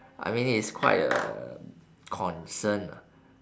I mean it's quite a concern lah